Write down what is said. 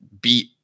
beat